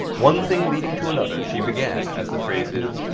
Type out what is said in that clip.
one thing leading to another, she began, as the phrase is,